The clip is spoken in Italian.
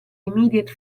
immediate